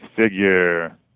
figure